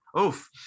Oof